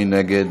מי נגד?